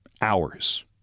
hours